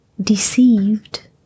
deceived